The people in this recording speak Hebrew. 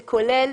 זה כולל,